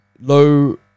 low